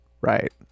right